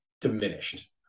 diminished